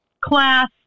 class